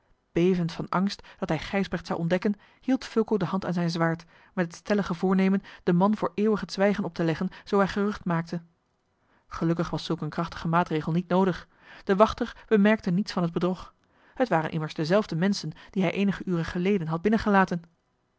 bevend van angst dat hij gijsbrecht zou ontdekken hield fulco de hand aan zijn zwaard met het stellige voornemen den man voor eeuwig het zwijgen op te leggen zoo hij gerucht maakte gelukkig was zulk een krachtige maatregel niet noodig de wachter bemerkte niets van het bedrog het waren immers dezelfde menschen die hij eenige uren geleden had binnengelaten